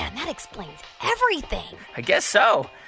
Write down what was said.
and that explains everything i guess so.